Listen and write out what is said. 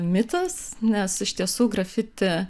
mitas nes iš tiesų grafiti